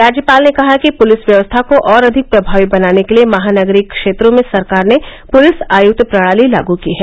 राज्यपाल ने कहा कि पुलिस व्यवस्था को और अधिक प्रभावी बनाने के लिये महानगरीय क्षेत्रों में सरकार ने पुलिस आयक्त प्रणाली लागू की है